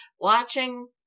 watching